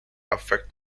affect